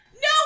No